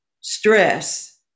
stress